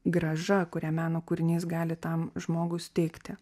grąža kurią meno kūrinys gali tam žmogui suteikti